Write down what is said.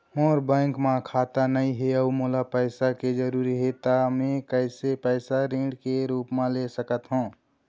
मोर bank म खाता नई हे अउ मोला पैसा के जरूरी हे त मे कैसे पैसा ऋण के रूप म ले सकत हो?